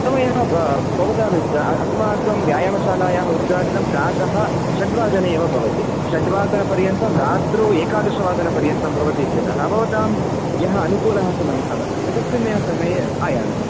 समयः ब भवताम् इच्छा अस्माकं व्यायामशालायाः उद्घाटनं प्रातः षड्वादने एव भवति षड्वादनपर्यन्तं रात्रौ एकादशवादनपर्यन्तं भवतीत्यतः भवतां यः अनुकूलः समयः वर्तते तस्मिन्नेवसमये आयान्तु